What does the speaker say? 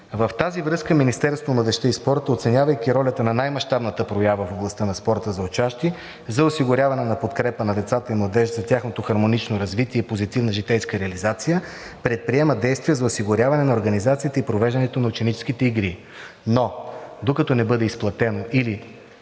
В тази връзка Министерството на младежта и спорта, оценявайки ролята на най-мащабната проява в областта на спорта за учащи за осигуряване на подкрепа за децата и младежите за тяхното хармонично развитие и позитивна житейска реализация, предприема действия за осигуряване на организацията и провеждането на ученическите игри. Но докато не бъде изплатено или